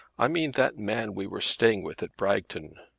i mean that man we were staying with at bragton.